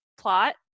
plot